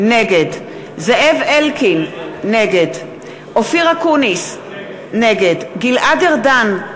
נגד זאב אלקין, נגד אופיר אקוניס, נגד גלעד ארדן,